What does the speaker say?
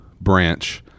branch